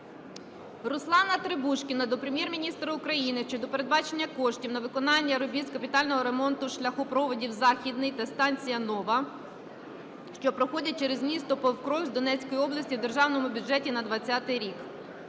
Руслана Требушкіна до Прем'єр-міністра України щодо передбачення коштів на виконання робіт з капітального ремонту шляхопроводів Західний та станція Нова, що проходять через місто Покровськ Донецької області у Державному бюджеті на 2020 рік.